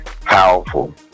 powerful